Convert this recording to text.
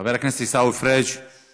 חבר הכנסת עיסאווי פריג';